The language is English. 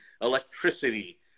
electricity